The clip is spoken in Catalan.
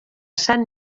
sant